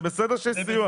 זה בסדר שיש סיוע.